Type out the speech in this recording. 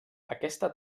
aquesta